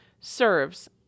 serves